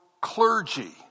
clergy